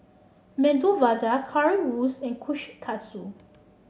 Medu Vada Currywurst and Kushikatsu